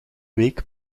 week